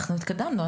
אנחנו התקדמנו,